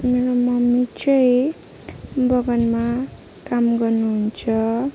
मेरो मम्मी चाहिँ बगानमा काम गर्नुहुन्छ